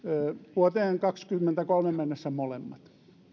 vuoteen kahdessakymmenessäkolmessa mennessä molemmat